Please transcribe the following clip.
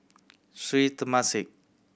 Sri Temasek